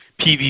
PV